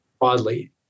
oddly